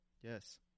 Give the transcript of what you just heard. Yes